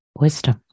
wisdom